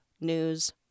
news